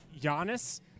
Giannis